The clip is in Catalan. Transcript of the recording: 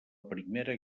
primera